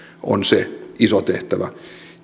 on se iso tehtävä